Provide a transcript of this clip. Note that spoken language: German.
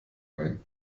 ein